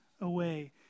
Away